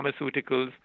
pharmaceuticals